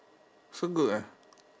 so good ah